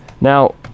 Now